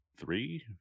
three